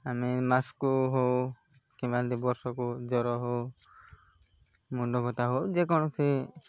ଆମେ ମାସକୁ କିମ୍ୱା ବର୍ଷକୁ ଜର ହଉ ମୁଣ୍ଡ ବଥା ହଉ ଯେକୌଣସି